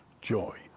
joy